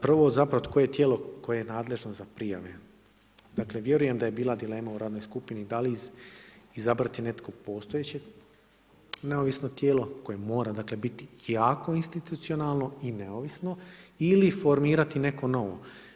Prvo zapravo koje je tijelo koje je nadležno za prijave, dakle vjerujem da je bila dilema u radnoj skupini da li izabrati neko postojeće neovisno tijelo koje mora dakle biti jako institucionalno i neovisno ili formirati neko novo.